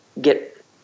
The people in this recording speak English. get